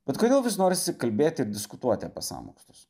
bet kodėl vis norisi kalbėti ir diskutuoti apie sąmokslus